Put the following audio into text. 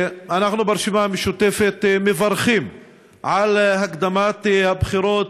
אנחנו ברשימה המשותפת מברכים על הקדמת הבחירות.